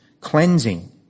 cleansing